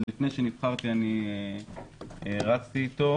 עוד לפני שנבחרתי רצתי איתו.